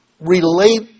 relate